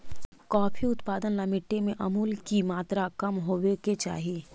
coffee उत्पादन ला मिट्टी में अमूल की मात्रा कम होवे के चाही